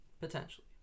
potentially